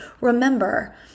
remember